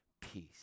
Peace